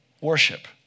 worship